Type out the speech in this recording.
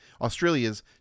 Australia's